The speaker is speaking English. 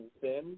thin